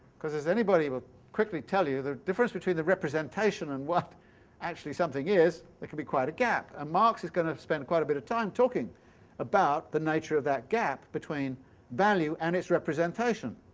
because, as anybody would quickly tell you, the difference between the representation and what actually something is, there can be quite a gap. and ah marx is going to spend quite a bit of time talking about the nature of that gap between value and its representation.